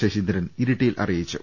ശശീന്ദ്രൻ ഇരിട്ടിയിൽ അറിയിച്ചു